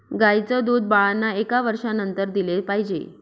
गाईचं दूध बाळांना एका वर्षानंतर दिले पाहिजे